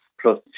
plus